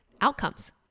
outcomes